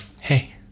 Hey